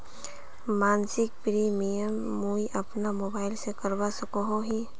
मासिक प्रीमियम मुई अपना मोबाईल से करवा सकोहो ही?